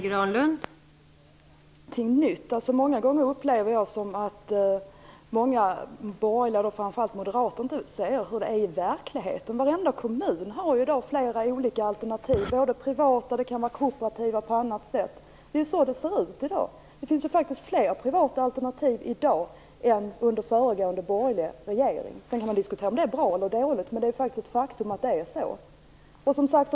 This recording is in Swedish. Fru talman! Ofta upplever jag att många borgerliga, framför allt moderater, inte ser hur det är i verkligheten. Varenda kommun har ju i dag flera olika alternativ. Det kan vara privata eller kooperativa alternativ osv. Det finns i dag faktiskt fler privata alternativ än det gjorde under den föregående borgerliga regeringens tid. Sedan kan man diskutera om det är bra eller dåligt. Faktum är dock att det är på nämnda vis.